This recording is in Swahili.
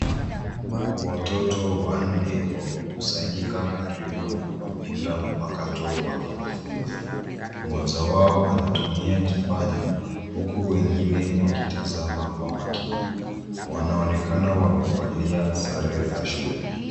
Watoto wanne wamekusanyika karibu na kompyuta mpakato wakijifunza, moja wao anatumia kipanya huku wengine wakitazama kwa makini wanaonekana wamevalia sare za shule.